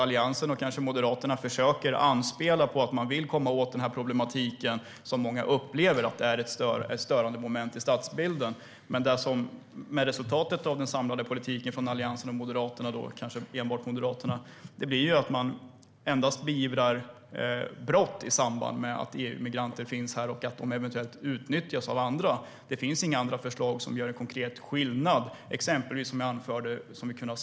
Alliansen och Moderaterna försöker anspela på att man vill komma åt denna problematik, som många upplever som ett störande moment i stadsbilden, men resultatet av Moderaternas politik är ju att man endast beivrar brott som har att göra med att EU-migranter eventuellt utnyttjas av andra. Det finns inga förslag som gör konkret skillnad. Detta finns dock i andra europeiska länder.